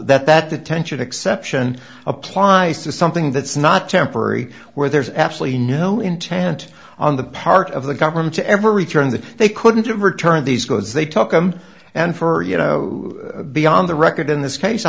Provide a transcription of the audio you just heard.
that that detention exception applies to something that's not temporary where there's absolutely no intent on the part of the government to ever return that they couldn't have returned these goods they took them and for you know beyond the record in this case